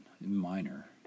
minor